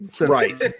Right